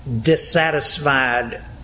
dissatisfied